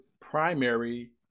primary